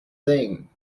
thing